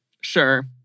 Sure